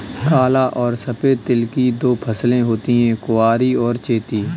काला और सफेद तिल की दो फसलें होती है कुवारी और चैती